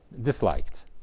Disliked